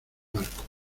barco